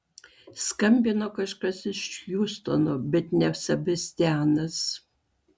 skambino kažkas iš hjustono bet ne sebastianas